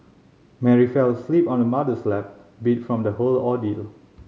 Mary fell asleep on her mother's lap beat from the whole ordeal